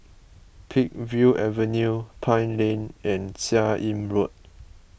Peakville Avenue Pine Lane and Seah Im Road